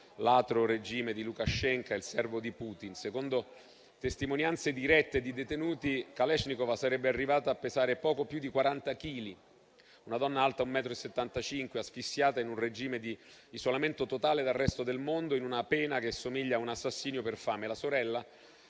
l'atro regime di Lukaschenka, il servo di Putin. Secondo testimonianze dirette di detenuti, la Kalesnikava sarebbe arrivata a pesare poco più di 40 chili: una donna alta un metro e settantacinque, asfissiata in un regime di isolamento totale dal resto del mondo, in una pena che somiglia a un assassinio per fame. La sorella,